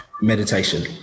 meditation